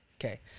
Okay